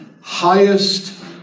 highest